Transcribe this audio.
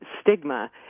stigma